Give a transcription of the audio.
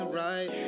right